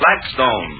Blackstone